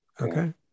Okay